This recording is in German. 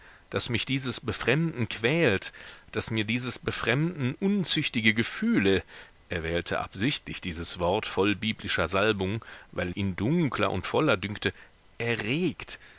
daß mich dieses befremden quält daß mir dieses befremden unzüchtige gefühle er wählte absichtlich dieses wort voll biblischer salbung weil ihn dunkler und voller dünkte erregt